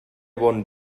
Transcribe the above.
bon